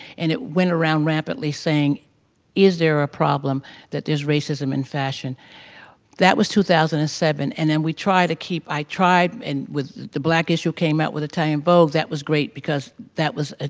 and it went around rampantly saying is there a problem that there's racism in fashion that was two thousand and seven, and then we try to keep, i tried, and with, the black issue came out with italian vogue. that was great because that was, ah